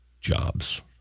jobs